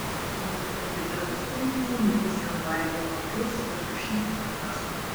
o jau epitetus pareigūnų pusėn laidė tokius kad rašyti nedrąsu